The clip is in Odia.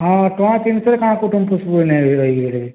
ହଁ ଟଙ୍କା ତିନି ଶହରେ କାଣା କୁଟୁମ୍ ପୁଷ୍ବୁ ଇନେ ରହି କିରି ହେଲେ